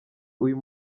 uyu